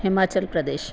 Himachal Pradesh